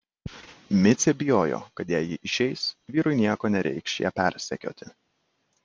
micė bijojo kad jei ji išeis vyrui nieko nereikš ją persekioti